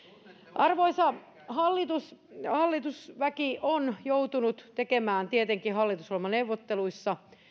arvoisa puhemies hallitusväki on joutunut tekemään tietenkin hallitusohjelmaneuvotteluissa